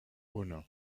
uno